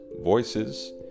voices